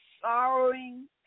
sorrowing